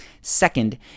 Second